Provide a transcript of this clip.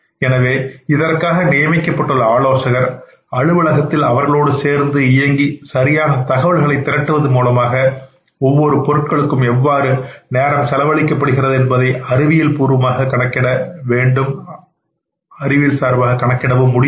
எனவே இதற்காக நியமிக்கப்பட்டுள்ள ஆலோசகர் அலுவலகத்தில் அவர்களோடு சேர்ந்து இயங்கி சரியான தகவல்களை திரட்டுவது மூலமாக ஒவ்வொரு பொருட்களுக்கும் எவ்வாறு நேரம் செலவழிக்கப்படுகிறது என்பதை அறிவியல்பூர்வமாக கணக்கிட முடியும்